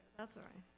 that's all right.